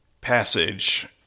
passage